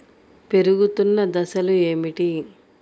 పెరుగుతున్న దశలు ఏమిటి?